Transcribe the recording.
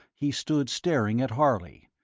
he stood staring at harley,